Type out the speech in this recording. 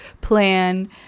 plan